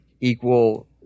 equal